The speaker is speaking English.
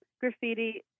Graffiti